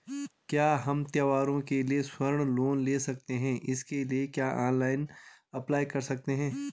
क्या हम त्यौहारों के लिए स्वर्ण लोन ले सकते हैं इसके लिए क्या ऑनलाइन अप्लाई कर सकते हैं?